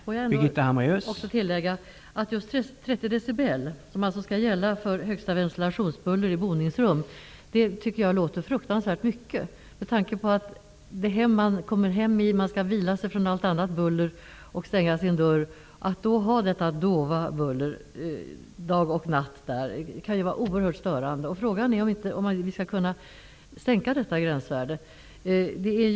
Herr talman! Jag vill också tillägga att just 30 decibel, som skall gälla som högsta gräns för ventilationsbuller i boningsrum, verkar vara fruktansvärt högt. När man kommer hem behöver man vila sig från allt annat buller och stänga sin dörr. Att då ha detta dova buller dag och natt kan vara oerhört störande. Frågan är om inte detta gränsvärde kan sänkas.